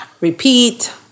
repeat